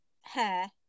hair